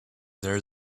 there